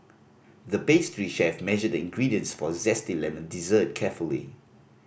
the pastry chef measured the ingredients for a zesty lemon dessert carefully